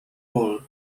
ball